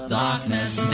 darkness